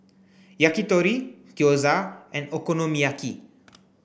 Yakitori Gyoza and Okonomiyaki